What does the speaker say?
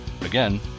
Again